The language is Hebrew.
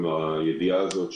הידיעה הזאת,